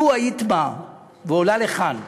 לו היית באה ועולה לכאן ואומרת: